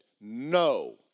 no